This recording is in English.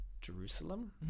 Jerusalem